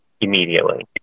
immediately